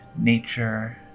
nature